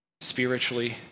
Spiritually